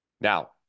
Now